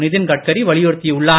நிதின்கட்காரி வலியுறுத்தியுள்ளார்